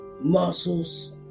muscles